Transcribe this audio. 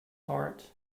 heart